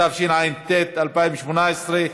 התשע"ט 2018,